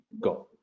got